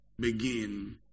begin